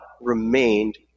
remained